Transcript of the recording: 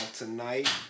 tonight